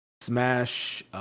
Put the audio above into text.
Smash